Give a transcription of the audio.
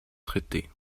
traité